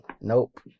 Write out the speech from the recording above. nope